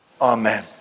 Amen